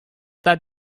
that